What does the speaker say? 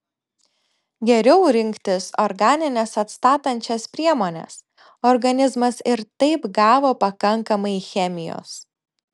geriau rinktis organines atstatančias priemones organizmas ir taip gavo pakankamai chemijos